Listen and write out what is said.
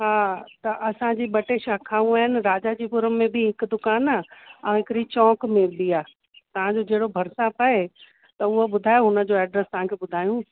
हा त असांजी ॿ टे शाखाऊं आहिनि राजाजी फ़ॉरम में बि हिकु दुकानु आहे ऐं हिकिड़ी चौंक में बि तव्हांजो जहिड़ो भरिसां पए त उहो ॿुधाए उन जो एड्रस तव्हांखे ॿुधायूं